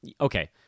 Okay